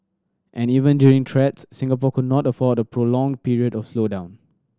and even during threats Singapore could not afford a prolonged period of slowdown